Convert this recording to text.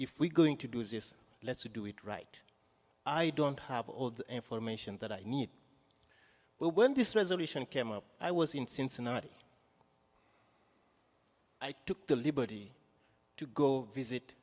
we're going to do this let's do it right i don't have all the information that i need but when this resolution came up i was in cincinnati i took the liberty to go visit